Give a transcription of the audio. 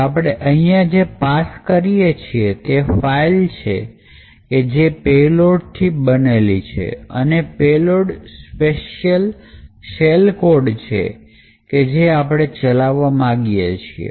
તો આપણે અહીંયા જે પાસ કરીએ છીએ એ ફાઈલ છે કે જે payload થી બનેલી છે અને પેલોડ સ્પેશિયલ શેલ કોડ છે કે જે આપણે ચલાવવા માગીએ છીએ